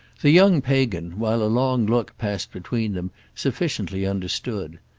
the young pagan, while a long look passed between them, sufficiently understood.